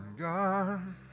God